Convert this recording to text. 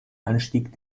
anstieg